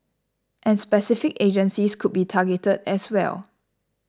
and specific agencies could be targeted as well